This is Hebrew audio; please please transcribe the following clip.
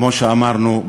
כמו שאמרנו,